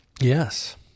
Yes